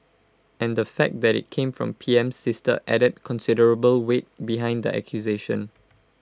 and the fact that IT came from PM's sister added considerable weight behind the accusation